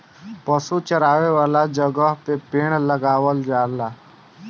पशु चरावे वाला जगहे पे पेड़ लगावल जाला